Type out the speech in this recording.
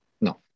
No